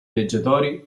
viaggiatori